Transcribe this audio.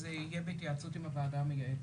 שזה יהיה בהתייעצות עם הוועדה המייעצת.